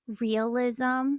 realism